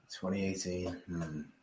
2018